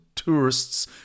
tourists